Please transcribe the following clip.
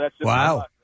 Wow